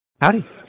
Howdy